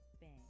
bang